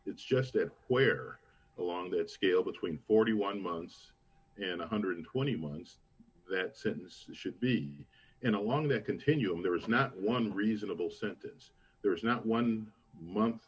it's just that where along that scale between forty one months and one hundred and twenty months that sentence should be and along that continuum there is not one reasonable sentence there is not one month